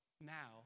now